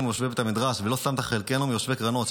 מיושבי בית המדרש ולא שמת חלקנו מיושבי קרנות,